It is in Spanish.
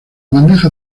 bandeja